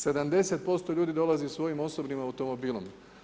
70% ljudi dolazi svojim osobnim automobilom.